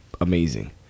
amazing